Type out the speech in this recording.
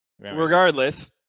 regardless